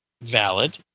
valid